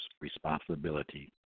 responsibility